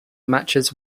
matches